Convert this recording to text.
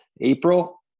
April